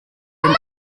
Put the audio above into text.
wenn